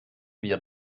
wir